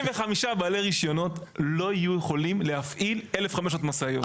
35 בעלי רישיונות לא יהיו יכולים להפעיל 1,500 משאיות.